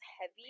heavy